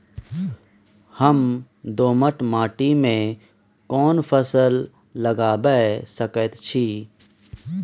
हम दोमट माटी में कोन फसल लगाबै सकेत छी?